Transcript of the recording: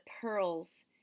pearls